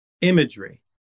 imagery